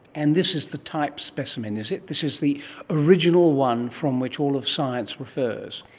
and this is the type specimen, is it, this is the original one from which all of science refers?